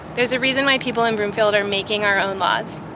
there's a reason why people in broomfield are making our own laws.